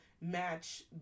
match